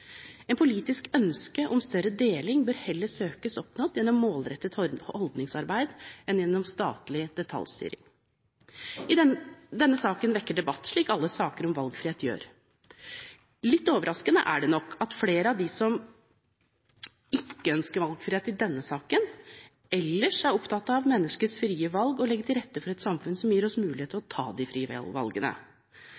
politisk ønske om større deling bør heller søkes oppnådd gjennom målrettet holdningsarbeid enn gjennom statlig detaljstyring. Denne saken vekker debatt, slik alle saker om valgfrihet gjør. Litt overraskende er det nok at flere av dem som ikke ønsker valgfrihet i denne saken, ellers er opptatt av menneskers frie valg og å legge til rette for et samfunn som gir oss mulighet til